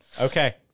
Okay